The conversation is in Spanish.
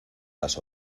las